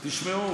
תשמעו,